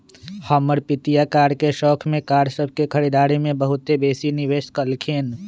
हमर पितिया कार के शौख में कार सभ के खरीदारी में बहुते बेशी निवेश कलखिंन्ह